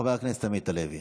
חבר הכנסת עמית הלוי,